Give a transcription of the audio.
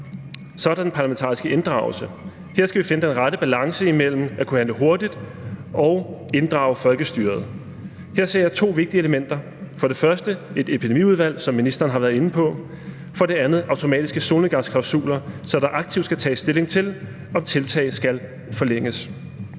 Så er der den parlamentariske inddragelse. Her skal vi finde den rette balance imellem at kunne handle hurtigt og at inddrage folkestyret. Her er der for mig at se to vigtige elementer: for det første et epidemiudvalg, som ministeren har været inde på, og for det andet automatiske solnedgangsklausuler, så der aktivt skal tages stilling til, om tiltag skal forlænges.